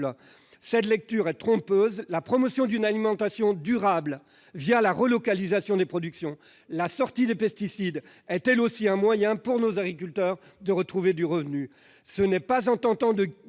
Cette lecture est trompeuse. La promotion d'une alimentation durable la relocalisation des productions, la sortie des pesticides, sont, elles aussi, autant de moyens pour nos agriculteurs de trouver des revenus. Ce n'est pas en tentant de